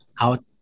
out